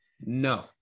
no